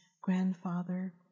grandfather